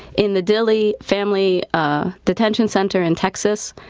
in the dilley family ah detention center in texas,